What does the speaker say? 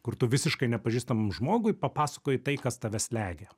kur tu visiškai nepažįstamam žmogui papasakoji tai kas tave slegia